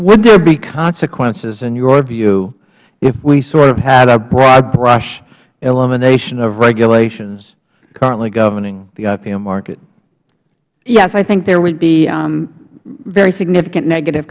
would there be consequences in your view if we sort of had a broad brush elimination of regulations currently governing the ipo market ms cross yes i think there would be very significant negative